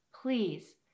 Please